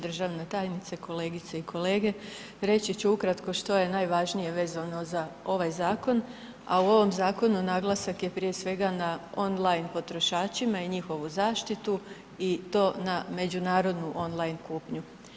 Državna tajnice, kolegice i kolege reći ću ukratko što je najvažnije vezano za ovaj zakon, a u ovom zakonu naglasak je prije svega na on line potrošačima i njihovu zaštitu i to na međunarodnu on line kupnju.